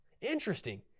Interesting